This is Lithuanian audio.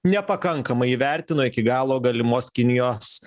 nepakankamai įvertino iki galo galimos kinijos